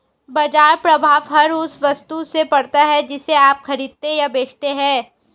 बाज़ार प्रभाव हर उस वस्तु से पड़ता है जिसे आप खरीदते या बेचते हैं